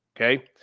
Okay